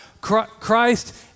Christ